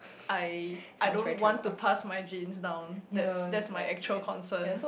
I I don't want to pass my genes down that's that's my actual concern